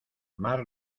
mar